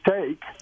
Take